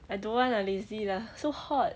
I don't wanna lah lazy lah so hot